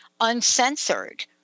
uncensored